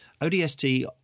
ODST